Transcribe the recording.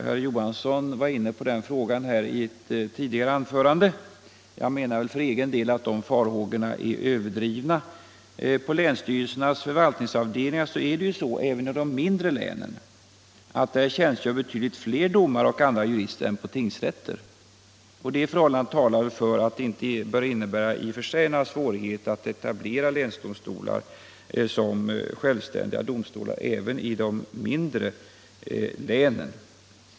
Herr Johansson i Trollhättan var inne på det tidigare. Jag menar för egen del att de farhågorna är överdrivna. På länsstyrelsernas förvaltningsavdelningar, även i de mindre länen, tjänstgör betydligt fler domare och andra jurister än på tingsrätter. Detta förhållande talar för att det inte bör innebära några svårigheter att etablera länsdomstolar som självständiga domstolar även i de mindre länen.